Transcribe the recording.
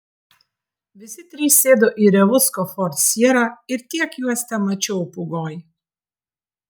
visi trys sėdo į revucko ford sierra ir tiek juos temačiau pūgoj